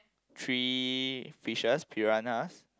three fishes piranhas